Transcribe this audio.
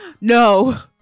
no